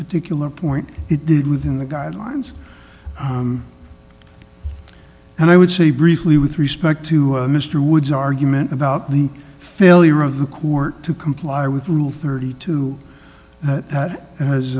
particular point it did within the guidelines and i would say briefly with respect to mr wood's argument about the failure of the court to comply with rule thirty two